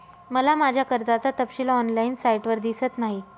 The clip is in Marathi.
मला माझ्या कर्जाचा तपशील ऑनलाइन साइटवर दिसत नाही